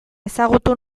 ezagutu